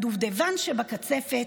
הדובדבן שבקצפת,